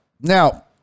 now